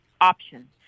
option